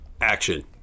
action